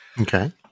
Okay